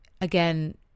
again